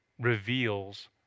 reveals